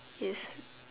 is